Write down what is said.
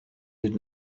did